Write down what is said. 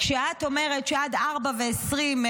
כשאת אומרת שעד 16:20,